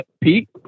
Pete